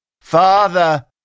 Father